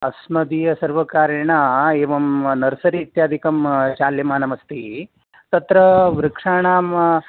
अस्मदीयसर्वकारेण एवं नर्सरी इत्यादिकं चाल्यमानम अस्ति तत्र वृक्षाणां